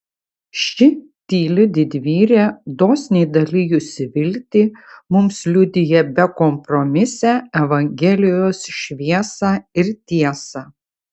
ši tyli didvyrė dosniai dalijusi viltį mums liudija bekompromisę evangelijos šviesą ir tiesą